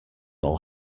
all